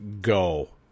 go